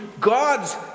God's